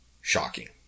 shocking